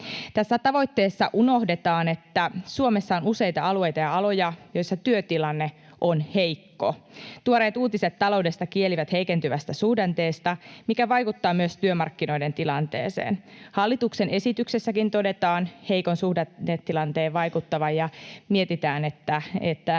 Tässä tavoitteessa unohdetaan, että Suomessa on useita alueita ja aloja, joissa työtilanne on heikko. Tuoreet uutiset taloudesta kielivät heikentyvästä suhdanteesta, mikä vaikuttaa myös työmarkkinoiden tilanteeseen. Hallituksen esityksessäkin todetaan heikon suhdannetilanteen vaikuttavan ja mietitään, että